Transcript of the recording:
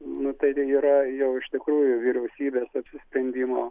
nu tai yra jau iš tikrųjų vyriausybės apsisprendimo